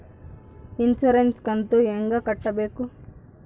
Insurance ಕಂತು ಹೆಂಗ ಕಟ್ಟಬೇಕು?